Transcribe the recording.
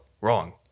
wrong